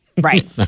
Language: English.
Right